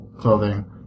clothing